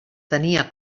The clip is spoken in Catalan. tenia